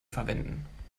verwenden